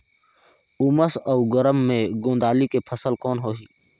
उमस अउ गरम मे गोंदली के फसल कौन होही?